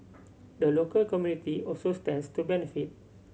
the local community also stands to benefit